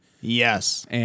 Yes